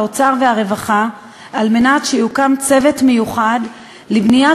האוצר והרווחה להקמת צוות מיוחד לבניית